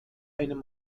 einem